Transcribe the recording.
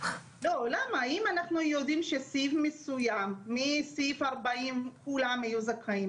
אם אנחנו יודעים שסעיף מסוים מסעיף 40 כולם יהיו זכאים,